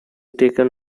taken